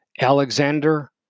Alexander